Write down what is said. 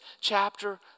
chapter